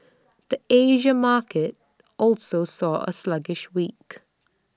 the Asia market also saw A sluggish week